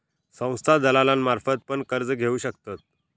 संस्था दलालांमार्फत पण कर्ज घेऊ शकतत